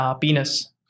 penis